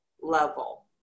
level